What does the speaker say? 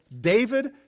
David